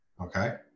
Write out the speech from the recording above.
Okay